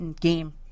game